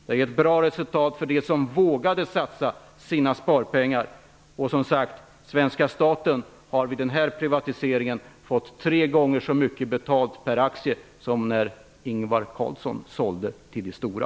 Det har gett bra resultat för dem som vågade satsa sina sparpengar. Och som sagt: Svenska staten har vid denna privatisering fått tre gånger så mycket betalt per aktie jämfört med när Ingvar Carlsson sålde till de stora.